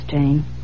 Jane